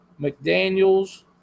McDaniels